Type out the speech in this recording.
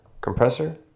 Compressor